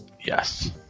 Yes